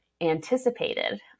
anticipated